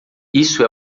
isso